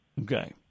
Okay